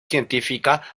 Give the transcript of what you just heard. científica